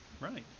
right